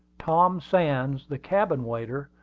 tom sands, the cabin-waiter,